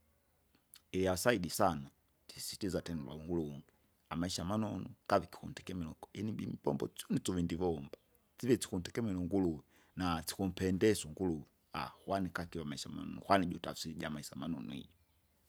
Iyasaidi sana, tisisitiza tena uwaungurunge, amaisha manonu, gave gikundekemera uko inibi imbombo tsune suvindivomba, sive sikundegemera unguruwe, na sikumpendesa unguruve. kwani kakiwa amaisha manonu, kwani kwani jotafsiri jamaisa manunu ijo.